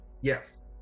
Yes